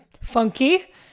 funky